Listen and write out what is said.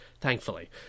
thankfully